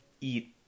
eat